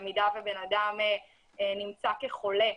במידה שבן אדם נמצא כחולה,